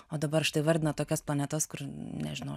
o dabar štai vardina tokias planetas kur nežinau